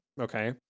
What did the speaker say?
Okay